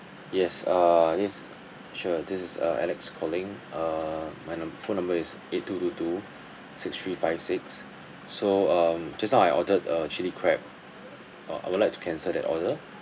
yes uh yes sure this is uh alex calling uh my num~ phone number is eight two two two six three five six so um just now I ordered a chilli crab uh I would like to cancel that order